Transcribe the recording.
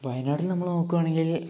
വയനാട്ടിൽ നമ്മള് നോക്കുവാണെങ്കിൽ